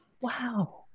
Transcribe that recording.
Wow